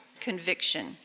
conviction